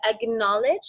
acknowledge